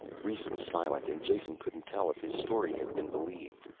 rhes was silent and jason couldn't tell if his story had been believed.